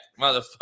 motherfucker